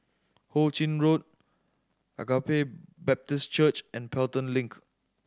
Ho Ching Road Agape Baptist Church and Pelton Link